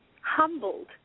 humbled